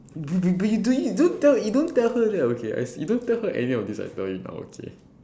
b~ b~ but you don't you don't you don't tell her that okay I s~ you don't tell her any of this I tell you now okay